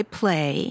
play